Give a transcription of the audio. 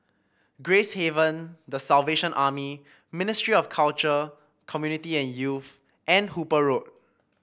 Gracehaven The Salvation Army Ministry of Culture Community and Youth and Hooper Road